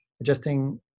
adjusting